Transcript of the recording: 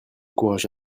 courage